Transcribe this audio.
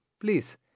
please